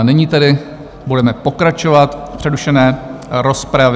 Nyní tedy budeme pokračovat v přerušené rozpravě.